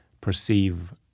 perceive